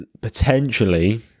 potentially